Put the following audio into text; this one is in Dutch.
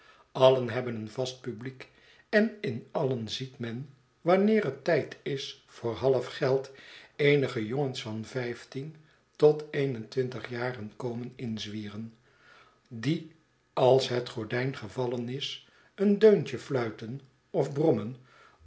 allen hebben een vast publiek en in alien ziet men wanneer het tijd is voor half geld eenige jongens van vijftien tot een en twintig jaren komeninzwieren die als het gordijn gevallen is een deuntje fluiten of brommen